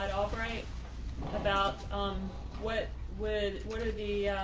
and operate about um what would what are the